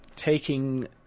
Taking